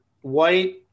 white